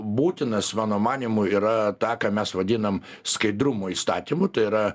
būtinas mano manymu yra tą ką mes vadinam skaidrumo įstatymu tai yra